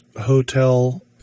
hotel